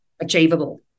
achievable